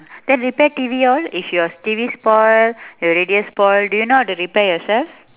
then repair T_V all if your T_V spoil the radio spoil do you know how to repair yourself